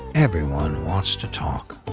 everyone wants to talk.